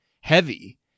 heavy